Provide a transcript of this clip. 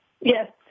Yes